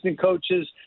coaches